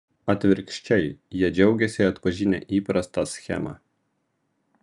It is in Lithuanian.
atvirkščiai jie džiaugiasi atpažinę įprastą schemą